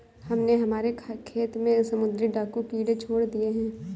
हमने हमारे खेत में समुद्री डाकू कीड़े छोड़ दिए हैं